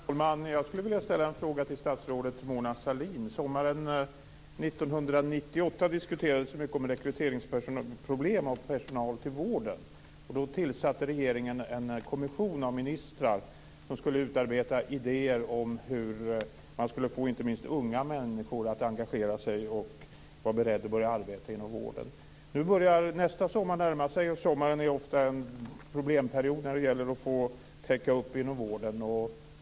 Fru talman! Jag skulle vilja ställa en fråga till statsrådet Mona Sahlin. Sommaren 1998 diskuterades problem att rekrytera personal till vården mycket. Då tillsatte regeringen en kommission av ministrar som skulle utarbeta idéer om hur man skulle få inte minst unga människor att engagera sig och vara beredda att börja arbeta inom vården. Nu närmar sig nästa sommar, och sommaren är ofta en problemperiod när det gäller att täcka upp med personal inom vården.